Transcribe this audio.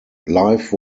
life